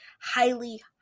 Highly